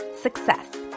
success